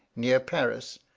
near paris,